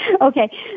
Okay